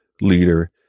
leader